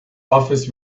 office